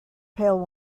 pail